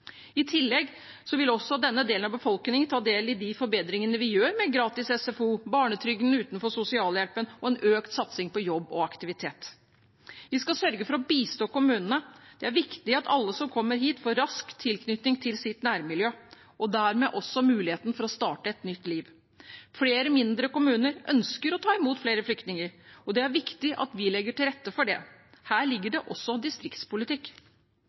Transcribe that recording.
I tillegg vil også denne delen av befolkningen ta del i de forbedringene vi gjør med gratis SFO, barnetrygden utenfor sosialhjelpen og en økt satsing på jobb og aktivitet. Vi skal sørge for å bistå kommunene. Det er viktig at alle som kommer hit, raskt får tilknytning til sitt nærmiljø og dermed også muligheten for å starte et nytt liv. Flere mindre kommuner ønsker å ta imot flere flyktninger, og det er viktig at vi legger til rette for det. Her ligger det også distriktspolitikk.